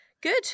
Good